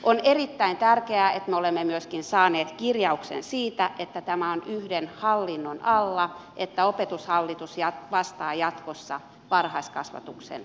on erittäin tärkeää että me olemme myöskin saaneet kirjauksen siitä että tämä on yhden hallinnon alla että opetushallitus vastaa jatkossa varhaiskasvatuksen kehittämisestä